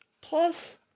Plus